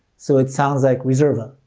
so it sounds like reserve ah,